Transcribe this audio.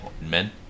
men